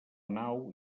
nau